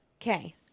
Okay